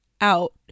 out